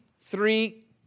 three